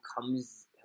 comes